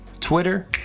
Twitter